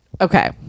okay